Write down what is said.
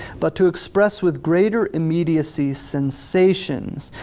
but to express with greater immediacy sensations,